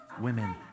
women